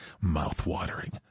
Mouth-watering